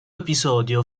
episodio